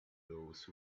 those